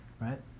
right